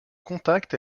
contact